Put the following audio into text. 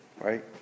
right